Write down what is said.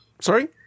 Sorry